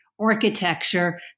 architecture